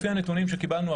לפי הנתונים שקיבלנו,